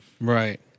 Right